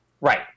Right